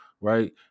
right